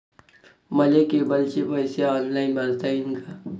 मले केबलचे पैसे ऑनलाईन भरता येईन का?